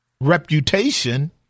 reputation